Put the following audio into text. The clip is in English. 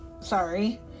sorry